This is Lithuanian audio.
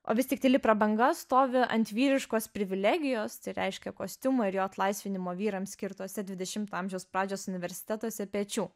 o vis tik tyli prabanga stovi ant vyriškos privilegijos tai reiškia kostiumo ir jo atlaisvinimo vyrams skirtose dvidešimto amžiaus pradžios universitetuose pečių